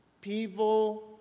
people